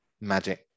Magic